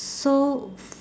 so